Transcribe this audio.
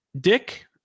dick